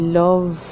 love